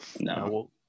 No